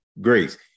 grace